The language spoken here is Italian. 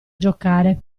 giocare